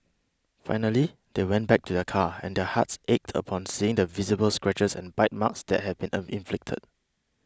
finally they went back to their car and their hearts ached upon seeing the visible scratches and bite marks that had been inflicted